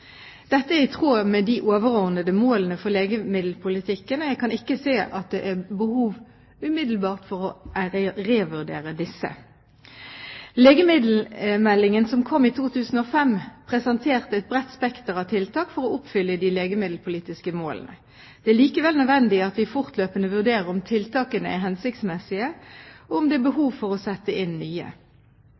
Dette er i tråd med de overordnede målene for legemiddelpolitikken, og jeg kan ikke se at det er behov umiddelbart for å revurdere disse. Legemiddelmeldingen som kom i 2005, presenterte et bredt spekter av tiltak for å oppfylle de legemiddelpolitiske målene. Det er likevel nødvendig at vi fortløpende vurderer om tiltakene er hensiktsmessige, og om det er behov for å sette inn nye.